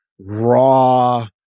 Raw